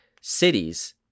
cities